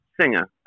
singer